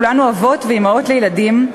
כולנו אבות ואימהות לילדים,